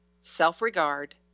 self-regard